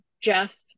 Jeff